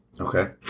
Okay